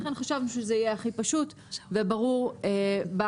לכן חשבנו שזה יהיה הכי פשוט וברור ב-1.1.23.